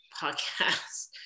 podcast